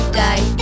die